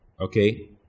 okay